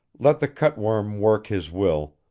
let the cutworm work his will,